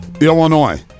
Illinois